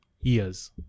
years